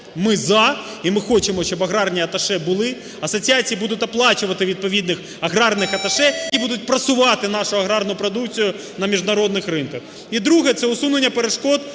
ми "за", і ми хочемо, щоби аграрні аташе були. Асоціації будуть оплачувати відповідних аграрних аташе, які будуть просувати нашу аграрну продукцію на міжнародних ринках. І друге – це усунення перешкод